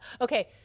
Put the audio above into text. okay